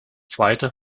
zweite